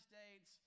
States